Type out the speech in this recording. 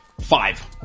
five